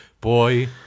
Boy